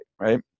right